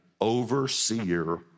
overseer